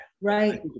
right